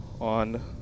on